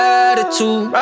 attitude